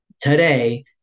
today